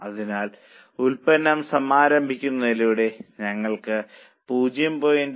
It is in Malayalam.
അതിനാൽ ഉൽപ്പന്നം സമാരംഭിക്കുന്നതിലൂടെ ഞങ്ങൾക്ക് 0